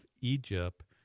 Egypt